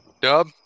Dub